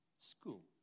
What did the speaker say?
school